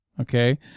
okay